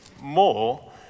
more